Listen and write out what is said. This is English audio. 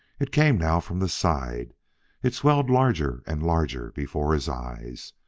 it came now from the side it swelled larger and larger before his eyes.